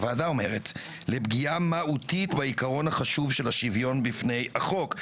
הוועדה אומרת - לפגיעה מהותית בעיקרון החשוב של השוויון בפני החוק,